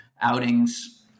outings